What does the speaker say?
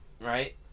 Right